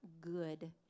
good